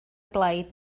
blaid